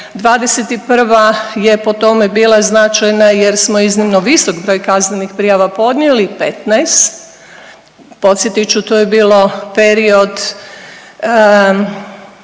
'21. je po tome bila značajna jer smo iznimno visok broj kaznenih prijava podnijeli, 15, podsjetit ću, to je bio period